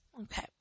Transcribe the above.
Okay